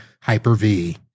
Hyper-V